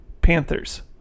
Panthers